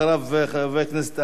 חבר הכנסת אריה אלדד.